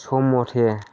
सम मथे